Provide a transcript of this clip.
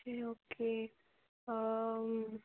okay